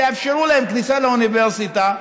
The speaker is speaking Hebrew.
שיאפשרו להם כניסה לאוניברסיטה,